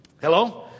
Hello